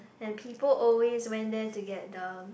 and people always went there to get the